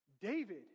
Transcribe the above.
David